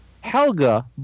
Helga